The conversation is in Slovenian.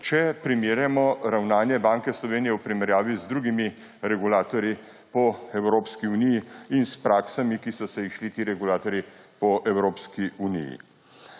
če primerjamo ravnanje Banke Slovenije v primerjavi z drugimi regulatorji po Evropski uniji in s praksami, ki so se jih šli ti regulatorji po Evropski uniji.